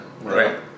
Right